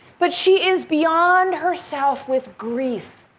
but she is beyond herself with grief,